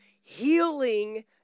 Healing